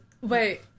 Wait